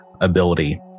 ability